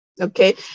okay